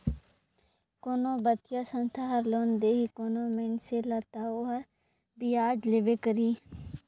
कोनो बित्तीय संस्था हर लोन देही कोनो मइनसे ल ता ओहर बियाज लेबे करही